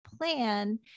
plan